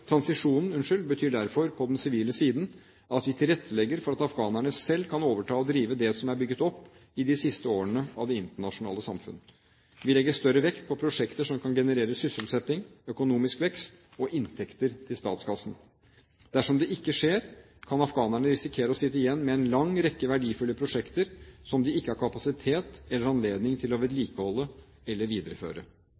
tjenester. Transisjon betyr derfor på den sivile siden at vi tilrettelegger for at afghanerne selv kan overta og drive det som er bygd opp i de siste årene av det internasjonale samfunn. Vi legger større vekt på prosjekter som kan generere sysselsetting, økonomisk vekst og inntekter til statskassen. Dersom det ikke skjer, kan afghanerne risikere å sitte igjen med en lang rekke verdifulle prosjekter som de ikke har kapasitet eller anledning til å